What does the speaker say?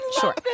sure